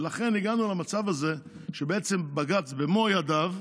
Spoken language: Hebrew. לכן הגענו למצב הזה שבעצם בג"ץ, במו ידיו,